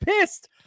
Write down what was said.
pissed